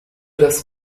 das